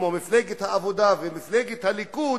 כמו מפלגת העבודה ומפלגת הליכוד,